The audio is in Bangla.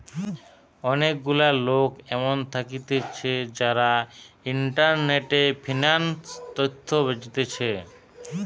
অনেক গুলা লোক এমন থাকতিছে যারা ইন্টারনেটে ফিন্যান্স তথ্য বেচতিছে